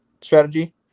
strategy